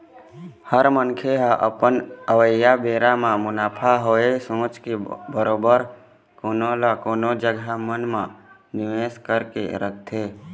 हर मनखे ह अपन अवइया बेरा म मुनाफा होवय सोच के बरोबर कोनो न कोनो जघा मन म निवेस करके रखथे